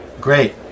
Great